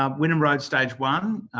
um wynnum road stage one,